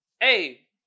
Hey